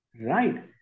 Right